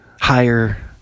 higher